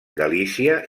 galícia